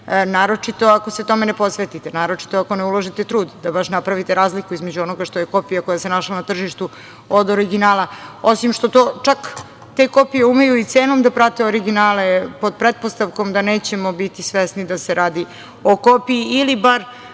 naročito ako se tome ne posvetite. Naročito ako ne uložite trud da baš napravite razliku između onoga što je kopija, koja se našla na tržištu od originala, osim što to čak i te kopije umeju cenom da prate originale, pod pretpostavkom da nećemo biti svesni da se radi o kopiji ili bar